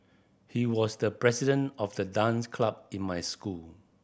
he was the president of the dance club in my school